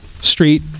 street